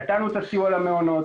נתנו את הסיוע למעונות,